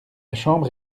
chambre